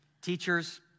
Teachers